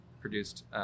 produced